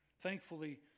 Thankfully